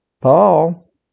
Paul